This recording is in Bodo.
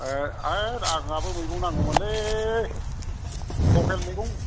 ए ओर आंहाबो मैगं नांगौमोनलै लकेल मैगं